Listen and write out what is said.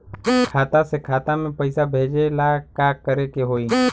खाता से खाता मे पैसा भेजे ला का करे के होई?